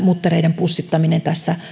muttereiden pussittamista